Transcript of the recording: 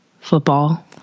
football